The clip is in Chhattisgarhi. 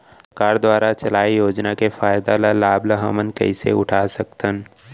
सरकार दुवारा चलाये योजना के फायदा ल लाभ ल हमन कइसे उठा सकथन?